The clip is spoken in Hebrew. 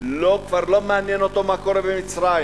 כבר לא מעניין אותו מה קורה במצרים,